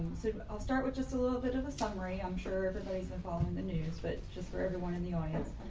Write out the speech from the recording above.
so i'll start with just a little bit of a summary. i'm sure everybody's involved in the news, but just for everyone in the audience.